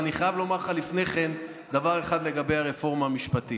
לפני כן אני חייב לומר לך דבר אחד לגבי הרפורמה המשפטית.